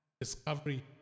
discovery